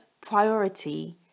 priority